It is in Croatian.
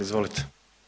Izvolite.